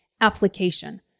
application